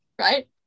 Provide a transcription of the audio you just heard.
Right